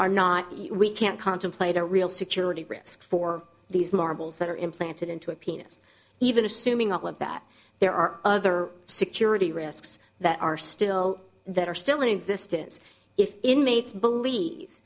are not we can't contemplate a real security risk for these marbles that are implanted into a penis even assuming all of that there are other security risks that are still that are still in existence if inmates believe